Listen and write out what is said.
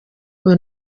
ngo